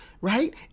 right